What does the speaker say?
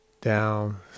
down